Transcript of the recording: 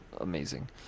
amazing